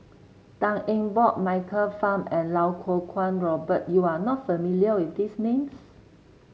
Tan Eng Bock Michael Fam and Iau Kuo Kwong Robert you are not familiar with these names